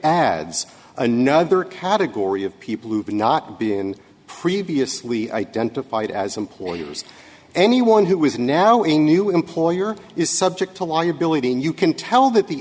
adds another category of people who've not been previously identified as employers anyone who is now a new employer is subject to liability and you can tell that the